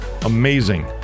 Amazing